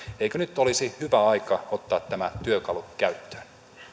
eikö nyt olisi hyvä aika ottaa tämä työkalu käyttöön